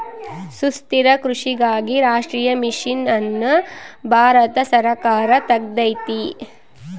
ಸುಸ್ಥಿರ ಕೃಷಿಗಾಗಿ ರಾಷ್ಟ್ರೀಯ ಮಿಷನ್ ಅನ್ನು ಭಾರತ ಸರ್ಕಾರ ತೆಗ್ದೈತೀ